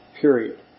Period